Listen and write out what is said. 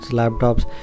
laptops